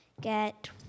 get